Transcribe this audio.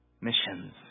missions